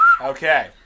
Okay